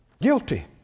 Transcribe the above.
guilty